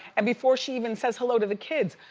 and before she even says hello to the kids,